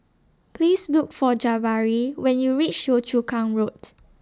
Please Look For Jabari when YOU REACH Yio Chu Kang Road